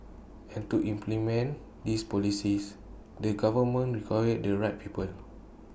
and to implement these policies the government require the right people